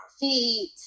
feet